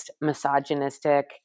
misogynistic